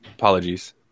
Apologies